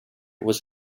was